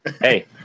Hey